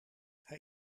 hij